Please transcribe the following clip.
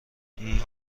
این